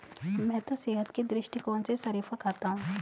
मैं तो सेहत के दृष्टिकोण से शरीफा खाता हूं